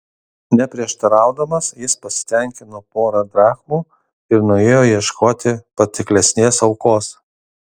neprieštaraudamas jis pasitenkino pora drachmų ir nuėjo ieškoti patiklesnės aukos